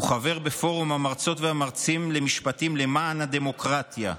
הוא חבר בפורום המרצות והמרצים למשפטים "למען הדמוקרטיה",